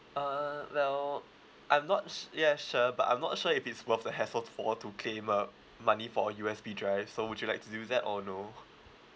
uh well I'm not su~ yes sure but I'm not sure if it's worth the hassle for to claim uh money for a U_S_B drive so would you like to do that or no